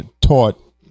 taught